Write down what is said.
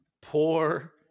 poor